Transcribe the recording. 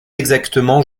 exactement